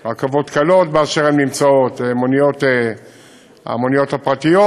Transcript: הרכבות הקלות באשר הן נמצאות, המוניות הפרטיות,